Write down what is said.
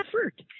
effort